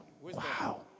wow